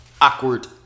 awkward